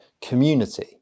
community